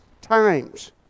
times